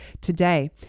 today